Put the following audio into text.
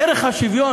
ערך השוויון,